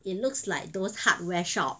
it looks like those hardware shop